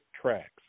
tracks